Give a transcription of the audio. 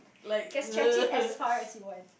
you can stretch it as far as you want